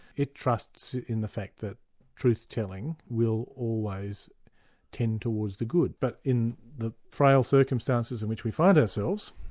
it trusts in the fact that truth-telling will always tend towards the good. but in the frail circumstances in which we find ourselves,